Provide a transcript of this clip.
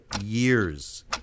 years